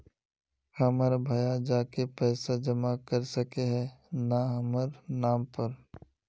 हमर भैया जाके पैसा जमा कर सके है न हमर नाम पर?